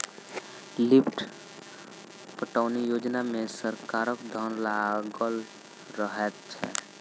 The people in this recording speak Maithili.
लिफ्ट पटौनी योजना मे सरकारक धन लागल रहैत छै